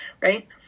Right